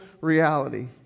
reality